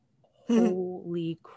Holy